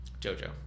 Jojo